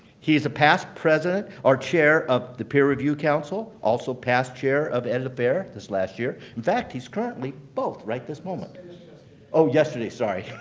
he's a past president or chair of the peer review council, also past chair of ed affairs this last year. in fact, he's currently both right this moment oh, yesterday. sorry.